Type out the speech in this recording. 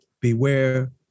beware